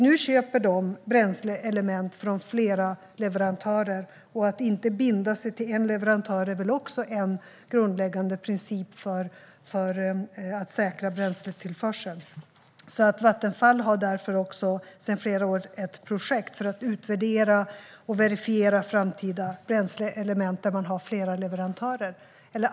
Nu köper det bränsleelement från flera leverantörer. Att inte binda sig till en leverantör är väl också en grundläggande princip för att säkra bränsletillförseln. Vattenfall har sedan flera år ett projekt för att utvärdera och verifiera framtida bränsleelement där man har flera leverantörer.